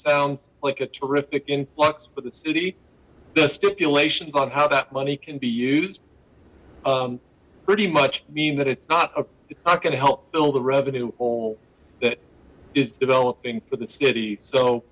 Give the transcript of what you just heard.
sounds like a terrific influx for the city the stipulations on how that money can be used pretty much mean that it's not it's not going to help fill the revenue hole that is developing for the city so